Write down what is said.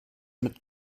mit